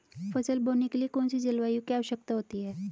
फसल बोने के लिए कौन सी जलवायु की आवश्यकता होती है?